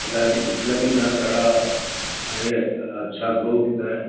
प्रहलाद जी पिछला म्हीना साढ़ा अहें अच्छा ग्रो कीता ऐ